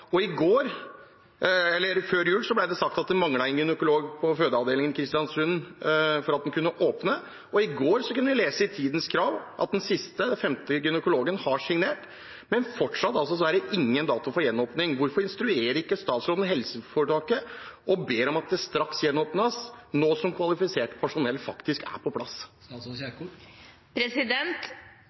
Før jul ble det sagt at det manglet en gynekolog på fødeavdelingen i Kristiansund for at den kunne åpne, og i går kunne vi lese i Tidens Krav at den siste, den femte, gynekologen har signert, men fortsatt er det ingen dato for gjenåpning. Hvorfor instruerer ikke statsråden helseforetaket og ber om at det straks gjenåpnes, nå som kvalifisert personell faktisk er på plass?